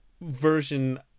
version